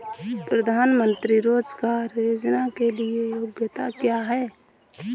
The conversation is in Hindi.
प्रधानमंत्री रोज़गार योजना के लिए योग्यता क्या है?